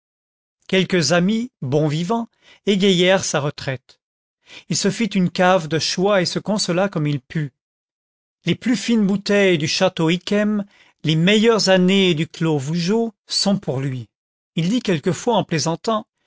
quelques amis bons vivants égayèrent sa re traite il se fit une cave de choix et se consola comme il put les plus fines bouteilles du chàteau yquem les meilleures années du clos vougeot sont pour lui il dit quelquefois en plaisantant